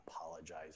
apologize